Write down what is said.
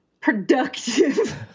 productive